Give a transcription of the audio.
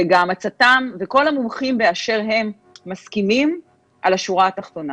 גם הצט"מ וכל המומחים באשר הם מסכימים על השורה התחתונה